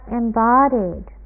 embodied